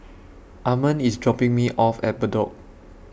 Armond IS dropping Me off At Bedok